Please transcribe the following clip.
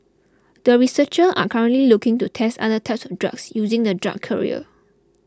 the researchers are currently looking to test other types of drugs using the drug carrier